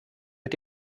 mit